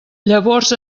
llavors